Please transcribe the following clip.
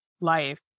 life